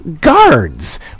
guards